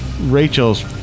Rachel's